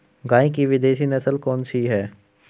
गाय की विदेशी नस्ल कौन सी है?